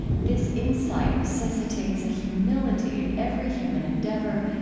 this insight necessitates a humility in every human endeavor,